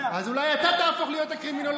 100. אז אולי אתה תהפוך להיות הקרימינולוג.